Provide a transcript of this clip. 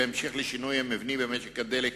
בהמשך לשינוי המבני במשק הדלק,